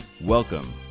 Welcome